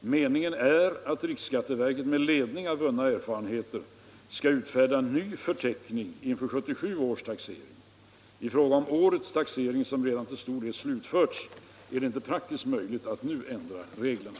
Meningen är att riksskatteverket med ledning av vunna erfarenheter skall utfärda ny förteckning inför 1977 års taxering. I fråga om årets taxering som redan till stor del slutförts är det inte praktiskt möjligt att nu ändra reglerna.